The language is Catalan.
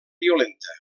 violenta